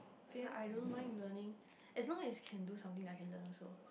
[huh] I don't mind learning as long as can do something I can learn also